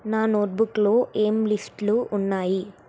నా నోట్బుక్లో ఏం లిస్ట్లు ఉన్నాయి